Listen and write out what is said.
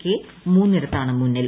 K മൂന്നിടത്താണ് മുന്നിൽ